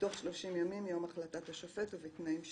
בתוך 30 ימים מיום החלטת השופט ובתנאים שקבע.